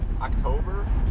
October